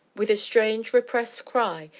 with a strange, repressed cry,